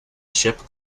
ship